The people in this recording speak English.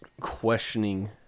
questioning